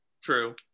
True